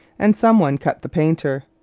and some one cut the painter.